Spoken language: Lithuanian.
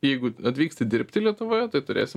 jeigu atvyksti dirbti lietuvoje tai turėsi